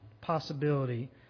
possibility